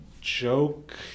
joke